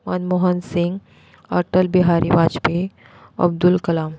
Manmohan Singh Atal Bihari Vajpayee Abdul Kalam